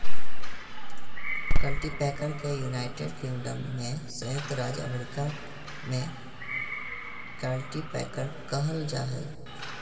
cultipacker के United Kingdom में संयुक्त राज्य अमेरिका में कल्टीपैकर कहल जा हइ